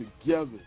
together